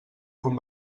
quan